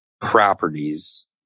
properties